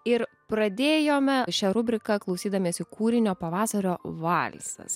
ir pradėjome šią rubriką klausydamiesi kūrinio pavasario valsas